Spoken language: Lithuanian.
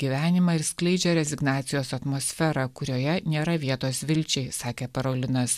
gyvenimą ir skleidžia rezignacijos atmosferą kurioje nėra vietos vilčiai sakė parolinas